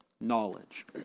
knowledge